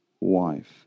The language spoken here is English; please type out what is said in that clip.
wife